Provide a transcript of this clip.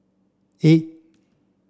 eight